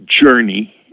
journey